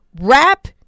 Wrap